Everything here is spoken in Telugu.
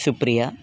సుప్రియ